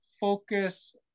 focus